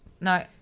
No